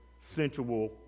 sensual